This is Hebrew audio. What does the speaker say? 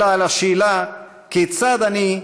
אלא על השאלה כיצד אני,